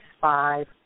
Five